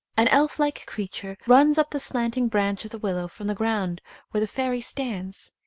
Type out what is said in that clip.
an elf like creature runs up the slanting branch of the willow from the ground where the fairy stands.